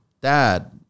dad